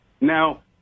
Now